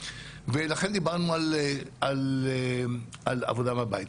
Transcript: ולכן דיברנו על עבודה מהבית.